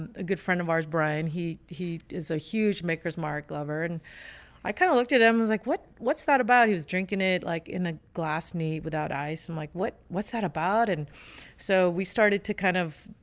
a good friend of ours, brian, he, he is a huge maker's mark lover, and i kind of looked at um me like, what, what's that about? he was drinking it like in a glass neat. without ice. i'm like, what, what's that about? and so we started to kind of,